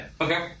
Okay